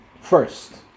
First